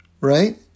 right